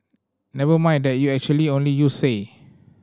never mind that you actually only used say